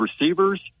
receivers